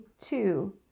two